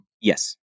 Yes